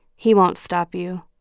he won't stop you.